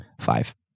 five